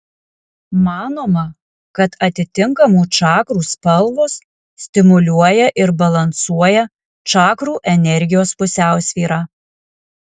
manoma kad atitinkamų čakrų spalvos stimuliuoja ir balansuoja čakrų energijos pusiausvyrą